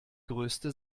größte